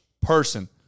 person